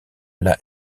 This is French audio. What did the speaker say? elle